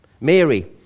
Mary